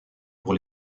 pour